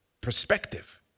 perspective